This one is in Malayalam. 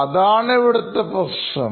അതാണ് ഇവിടുത്തെ പ്രശ്നം